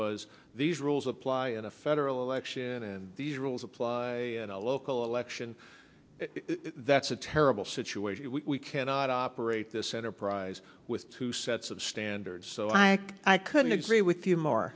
was these rules apply in a federal election and these rules apply to local election that's a terrible situation we cannot operate this enterprise with two sets of standards so i couldn't agree with you more